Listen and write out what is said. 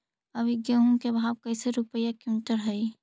अभी गेहूं के भाव कैसे रूपये क्विंटल हई?